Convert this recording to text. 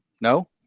No